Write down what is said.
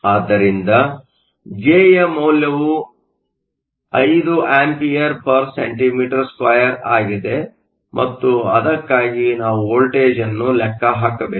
ಆದ್ದರಿಂದ ಜೆ ಯ ಮೌಲ್ಯವು 5 Acm 2 ಆಗಿದೆ ಮತ್ತು ಅದಕ್ಕಾಗಿ ನಾವು ವೋಲ್ಟೇಜ್ ಅನ್ನು ಲೆಕ್ಕ ಹಾಕಬೇಕು